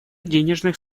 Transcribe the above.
денежных